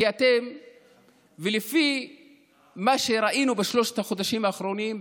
כי לפי מה שראינו בשלושת החודשים האחרונים,